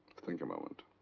think a moment.